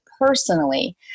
personally